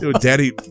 Daddy